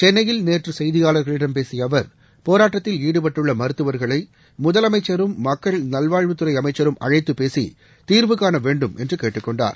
சென்னையில் நேற்று செய்தியாளர்களிடம் பேசிய அவர் போராட்டத்தில் ஈடுபட்டுள்ள மருத்துவர்களை முதலமைச்சரும் மக்கள் நல்வாழ்வுத்துறை அமைச்சரும் அழைத்து பேசி தீர்வு காண வேண்டுமென்று கேட்டுக் கொண்டார்